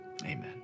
amen